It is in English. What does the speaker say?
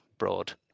broad